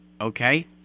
Okay